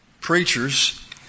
preachers